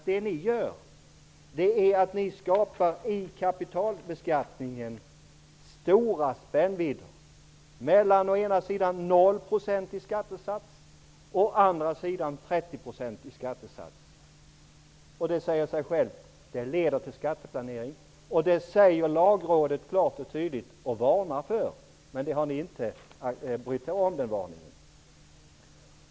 Det ni gör är att i kapitalbeskattningen skapa stora spännvidder mellan å ena sidan 0 % i skattesats och å andra sidan 30 % i skattesats. Det säger sig självt att det leder till skatteplanering. Detta säger Lagrådet klart och tydligt, och man varnar för det. Men ni har inte brytt er om den varningen.